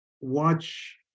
watch